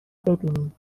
ببینی